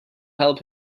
help